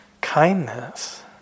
kindness